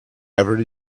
every